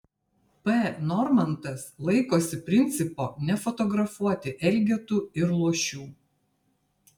p normantas laikosi principo nefotografuoti elgetų ir luošių